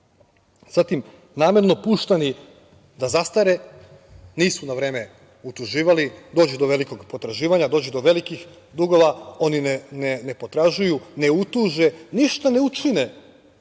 Zatim, namerno puštani da zastare, nisu na vreme utuživali, dođu do velikog potraživanja, dođu do velikih dugova, oni ne potražuju, ne utuže, ništa ne učine